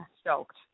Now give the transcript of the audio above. stoked